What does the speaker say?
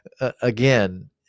Again